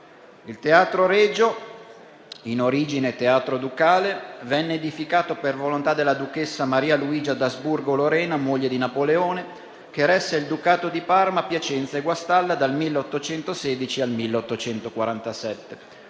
Il Teatro Regio, in origine Teatro Ducale, venne edificato per volontà della duchessa Maria Luigia d'Asburgo-Lorena, moglie di Napoleone, che resse il Ducato di Parma, Piacenza e Guastalla, dal 1816 al 1847.